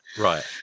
Right